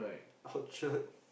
Orchard